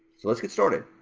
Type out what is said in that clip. so let's get started.